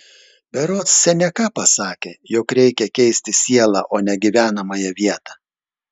berods seneka pasakė jog reikia keisti sielą o ne gyvenamąją vietą